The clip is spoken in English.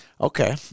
Okay